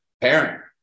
parent